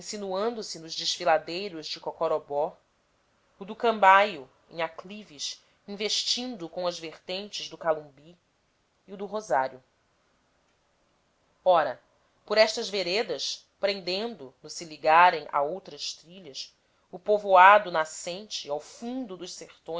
insinuando se nos desfiladeiros de cocorobó o do cambaio em aclives investindo com as vertentes do calumbi e o do rosário ora por estas veredas prendendo no se ligarem a outras trilhas o povoado nascente ao fundo dos sertões